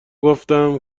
گفتم